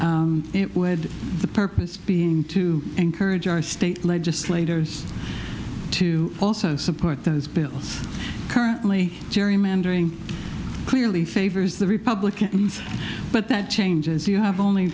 where the purpose being to encourage our state legislators to also support those bills currently gerrymandering clearly favors the republicans but that changes you have only